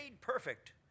perfect